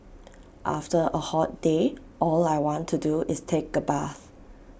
after A hot day all I want to do is take A bath